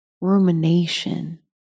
rumination